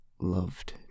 loved